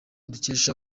dukesha